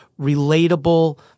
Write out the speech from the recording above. relatable